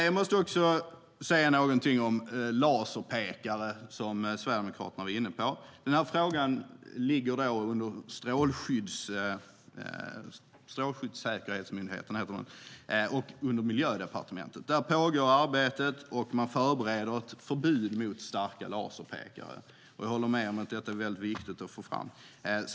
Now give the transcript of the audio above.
Jag måste också säga någonting om laserpekare, som Sverigedemokraterna var inne på. Denna fråga ligger under Strålsäkerhetsmyndigheten och Miljödepartementet. Där pågår arbetet, och man förbereder ett förbud mot starka laserpekare. Jag håller med om att detta är mycket viktigt att få fram.